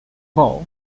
all